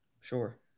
Sure